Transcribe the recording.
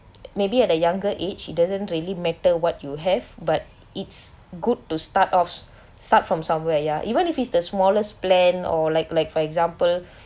maybe at the younger age it doesn't really matter what you have but it's good to start off start from somewhere ya even if is the smallest plan or like like for example